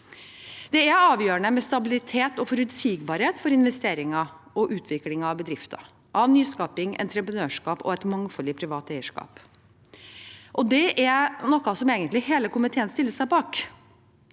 Det er avgjørende med stabilitet og forutsigbarhet for investeringer og utvikling av bedrifter, nyskaping, entreprenørskap og et mangfold i privat eierskap. Det er egentlig noe hele komiteen stiller seg bak.